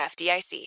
FDIC